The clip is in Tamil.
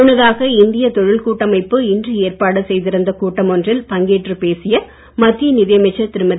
முன்னதாக இந்திய தொழில் கூட்டமைப்பு இன்று ஏற்பாடு செய்திருந்த கூட்டம் ஒன்றில் பங்கேற்று பேசிய மத்திய நிதியமைச்சர் திருமதி